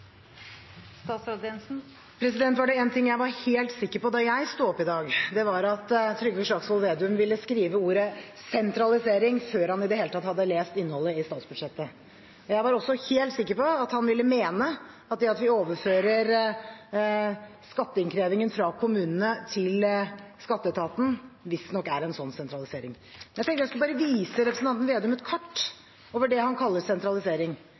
Var det én ting jeg var helt sikker på da jeg sto opp i dag, var det at Trygve Slagsvold Vedum ville skrive ordet «sentralisering» før han i det hele tatt hadde lest innholdet i statsbudsjettet. Jeg var også helt sikker på at han ville mene at det at vi overfører skatteinnkrevingen fra kommunene til skatteetaten, visstnok er en sånn sentralisering. Jeg tenkte jeg skulle vise representanten Vedum et kart over det han kaller sentralisering